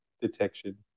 detection